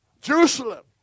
Jerusalem